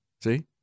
see